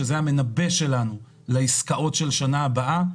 שזה המנבא שלנו לעסקאות של השנה הבאה.